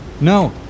No